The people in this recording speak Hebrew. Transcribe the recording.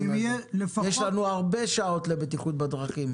לנו הרבה שעות לבטיחות בדרכים,